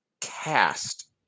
cast